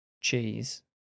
cheese